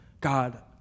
God